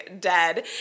dead